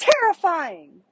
terrifying